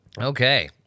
Okay